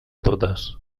totes